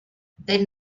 then